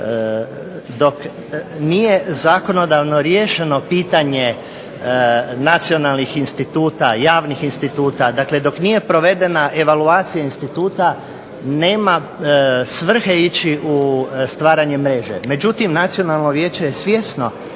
dok nije zakonodavno riješeno pitanje nacionalnih instituta, javnih instituta, dok nije provedena evaluacija instituta, nema svrhe ići u stvaranje mreže. Međutim, Nacionalno vijeće je svjesno